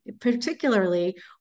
particularly